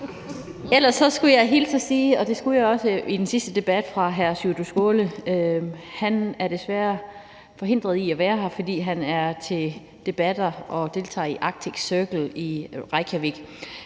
Ellers skulle jeg hilse – det skulle jeg også i forbindelse med den sidste debat – fra hr. Sjúrður Skaale. Han er desværre forhindret i at være her, fordi han er til debatter og deltager i Arctic Circle i Reykjavik.